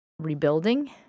rebuilding